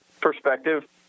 perspective